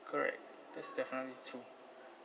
correct that's definitely true